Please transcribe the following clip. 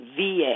VA